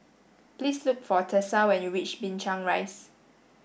please look for Tessa when you reach Binchang Rise